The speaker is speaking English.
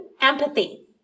empathy